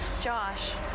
josh